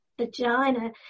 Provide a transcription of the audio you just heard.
vagina